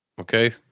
okay